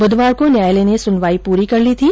बुधवार को न्यायालय ने सुनवाई पूरी कर ली थी